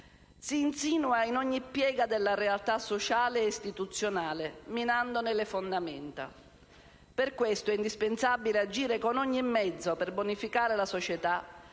Si insinua in ogni piega della realtà sociale e istituzionale, minandone le fondamenta. Per questo è indispensabile agire con ogni mezzo per bonificare la società